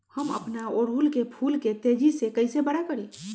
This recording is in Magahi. हम अपना ओरहूल फूल के तेजी से कई से बड़ा करी?